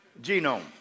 genome